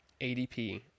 ADP